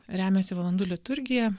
remiasi valandų liturgija